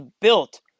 built